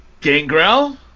Gangrel